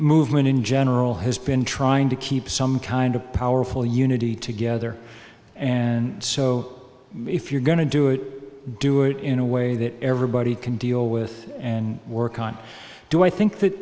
movement in general has been trying to keep some kind of powerful unity together and so if you're going to do it do it in a way that everybody can deal with and work on do i think that